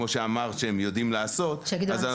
כמו שאמרת שהם יודעים לעשות --- שיגידו